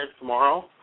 tomorrow